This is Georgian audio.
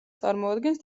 წარმოადგენს